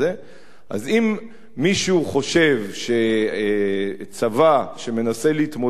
אם מישהו חושב שצבא שמנסה להתמודד עם טרור